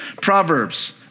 Proverbs